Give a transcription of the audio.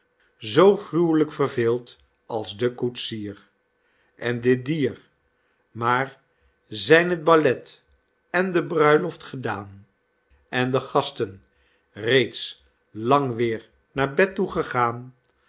zoo gruwelijk verveelt als de koetsier en dit dier maar zijn t ballet en de bruiloft gedaan de schoolmeester de gedichten van den schoolmeester en de gasten reeds lang weêr naar bed toe gegaan